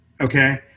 okay